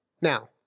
Now